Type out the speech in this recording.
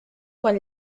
quan